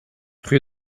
rue